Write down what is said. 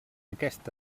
aquest